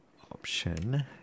option